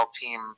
team